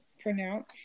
pronounce